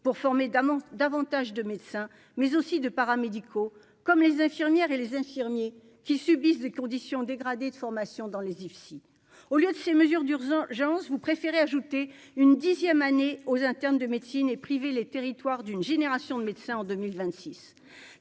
pour former d'davantage de médecins mais aussi de paramédicaux comme les infirmières et les infirmiers qui subissent des conditions dégradées de formation dans les IFSI au lieu de ces mesures d'urgence, urgence, vous préférez ajouter une dixième année aux internes de médecine et privé les territoires d'une génération de médecins en 2026